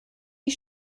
die